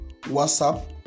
WhatsApp